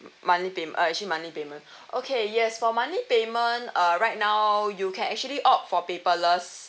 monthly paym~ uh actually monthly payment okay yes for monthly payment uh right now you can actually opt for paperless